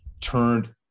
turned